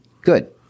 Good